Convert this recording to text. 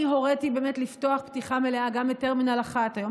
אני הוריתי באמת לפתוח פתיחה מלאה גם את טרמינל 1. היום